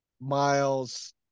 Miles